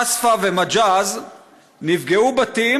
א-ספאי ומג'אז נפגעו בתים,